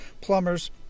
plumbers